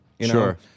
Sure